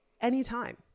anytime